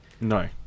no